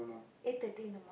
eight thirty in the morning